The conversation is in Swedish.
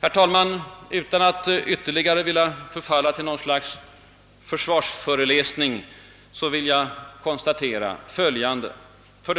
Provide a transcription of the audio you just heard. Herr talman! Utan att ytterligare vilja förfalla till något slags försvarsföreläsning vill jag konstatera följande. 1.